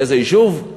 באיזה יישוב?